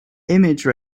image